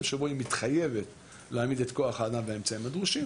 שבו היא מתחייבת להעמיד את כוח האדם והאמצעים הדרושים,